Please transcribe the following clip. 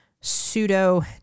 pseudo